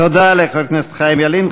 תודה לחבר הכנסת חיים ילין.